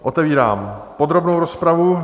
Otevírám podrobnou rozpravu.